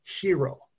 hero